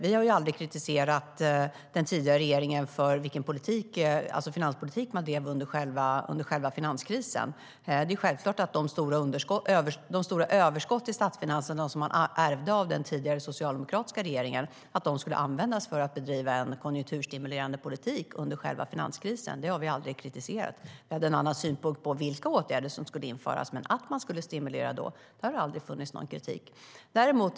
Vi har aldrig kritiserat den tidigare regeringen för vilken finanspolitik man drev under själva finanskrisen. Det är självklart att de stora överskott i statsfinanserna som den förra regeringen ärvde av den tidigare socialdemokratiska regeringen skulle användas för att bedriva en konjunkturstimulerande politik under själva finanskrisen. Det har vi aldrig kritiserat. Vi hade en annan syn på vilka åtgärder som skulle införas, men att man skulle stimulera ekonomin har det aldrig funnits någon kritik emot.